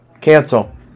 Cancel